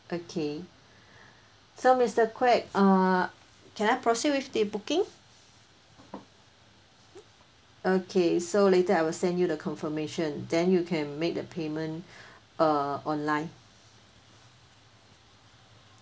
okay so mister kwek err can I proceed with the booking okay so later I will send you the confirmation then you can make the payment err online